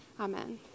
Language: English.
Amen